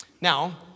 Now